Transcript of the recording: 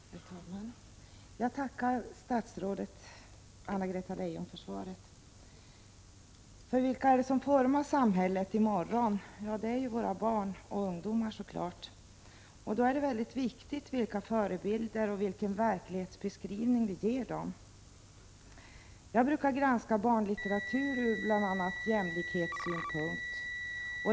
Herr talman! Jag tackar statsrådet Anna-Greta Leijon för svaret. Vilka är det som formar samhället i morgon? Det är så klart våra barn och ungdomar. Då är det viktigt vilka förebilder och vilken verklighetsbeskrivning vi ger dem. Jag brukar granska barnlitteratur ur bl.a. jämlikhetssynpunkt.